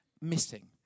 missing